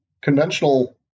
conventional